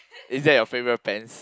is that your favourite pens